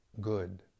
good